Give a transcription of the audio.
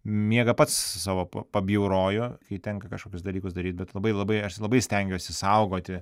miegą pats savo pabjauroju kai tenka kažkokius dalykus daryt bet labai labai aš labai stengiuosi saugoti